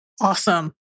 awesome